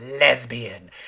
lesbian